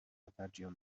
adagio